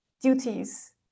duties